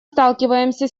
сталкиваемся